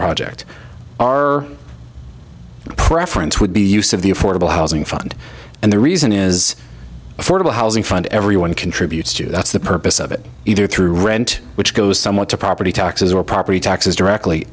project preference would be use of the affordable housing fund and the reason is affordable housing fund everyone contributes to that's the purpose of it either through rent which goes somewhat to property taxes or property taxes directly